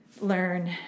learn